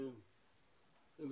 אתם קובעים?